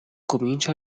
comincia